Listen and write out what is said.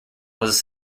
was